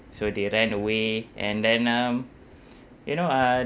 so they ran away and then um you know uh